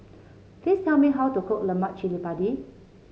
please tell me how to cook Lemak Cili Padi